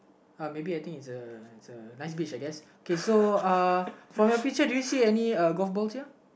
uh maybe I think it's a it's a nice beach I guess okay so uh from your picture did you see any uh golf balls here